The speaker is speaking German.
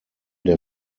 der